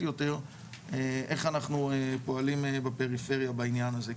יותר איך אנחנו פועלים בפריפריה בעניין הזה.